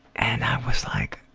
and i was like,